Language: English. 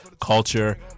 Culture